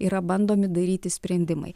yra bandomi daryti sprendimai